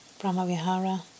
Brahmavihara